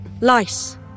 Lice